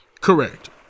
Correct